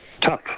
tough